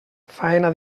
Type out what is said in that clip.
faena